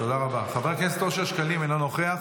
--- ראש הממשלה